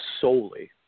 solely